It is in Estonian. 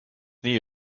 nii